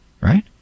right